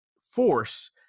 force